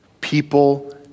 People